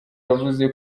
yavuze